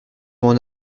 mon